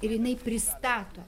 ir jinai pristato